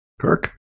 Kirk